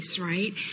right